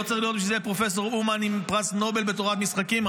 לא צריך להיות בשביל זה פרופסור אומן עם פרס נובל בתורת משחקים,